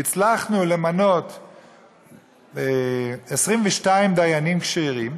הצלחנו למנות 22 דיינים כשירים.